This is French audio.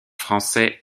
français